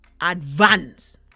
advance